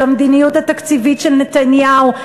של המדיניות התקציבית של נתניהו.